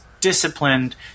disciplined